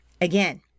Again